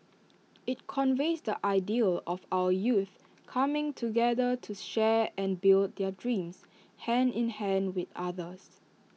IT conveys the ideal of our youth coming together to share and build their dreams hand in hand with others